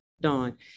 Dawn